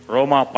Roma